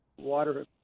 water